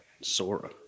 Sora